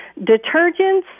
Detergents